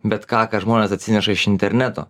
bet ką ką žmonės atsineša iš interneto